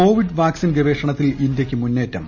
Covid vaccine ഗവേഷണത്തിൽ ഇന്ത്യക്ക് മുന്നേറ്റം